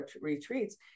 retreats